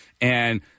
and-